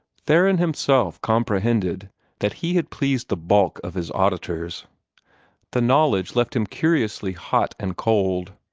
theron himself comprehended that he had pleased the bulk of his auditors the knowledge left him curiously hot and cold.